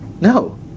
No